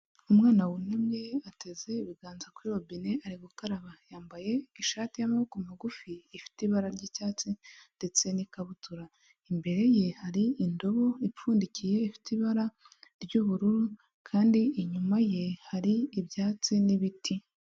Umwana wunamye ateze ibiganza kuri robine ari gukaraba, yambaye ishati y'amaboko magufi ifite ibara ry'icyatsi ndetse n'ikabutura. Imbere ye hari indobo ipfundikiye ifite ibara ry'ubururu kandi inyuma ye hari ibyatsi n'ibiti.